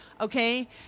Okay